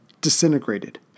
disintegrated